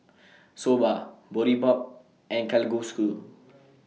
Soba Boribap and Kalguksu